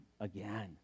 again